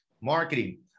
marketing